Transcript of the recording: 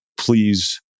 please